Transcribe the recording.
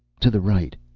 to the right.